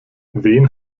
wen